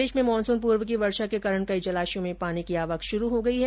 प्रदेश में मानसून पूर्व की वर्षा के कारण कई जलाशयों में पानी की आवक शुरू हो गई है